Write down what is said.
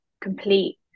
complete